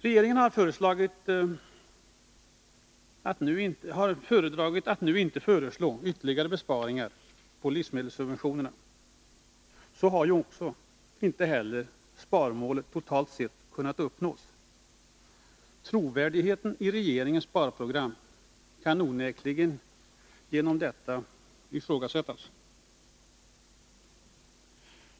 Regeringen har föredragit att inte nu föreslå ytterligare besparingar på livsmedelssubventionerna — men så har ju inte heller sparmålet totalt sett kunnat uppnås. Trovärdigheten i regeringens sparprogram kan onekligen genom detta ifrågasättas.